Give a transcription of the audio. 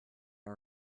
are